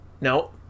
No